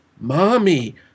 Mommy